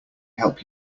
help